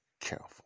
careful